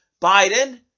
Biden